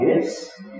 yes